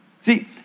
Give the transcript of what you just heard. See